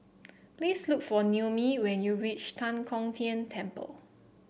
please look for Noemi when you reach Tan Kong Tian Temple